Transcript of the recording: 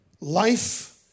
Life